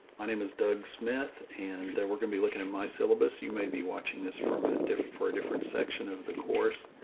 my name is doug smith, and we're going to be looking at my syllabus. you may be watching this from a different, for a different section of the course.